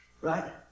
Right